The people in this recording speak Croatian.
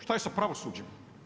Šta je sa pravosuđem?